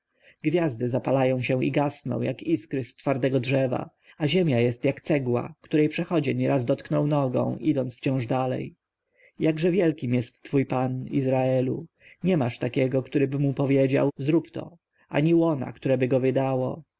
gwiazdy zapalają się i gasną jak iskry z twardego drzewa a ziemia jest jak cegła której przechodzień raz dotknął nogą idąc wciąż dalej jakże wielkim jest twój pan izraelu niemasz takiego któryby mu powiedział zrób to ani łona któreby go wydało